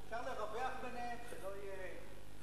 אפשר לרווח ביניהם, שלא יהיה,